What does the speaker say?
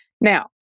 Now